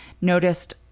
noticed